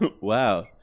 Wow